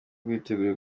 rwiteguye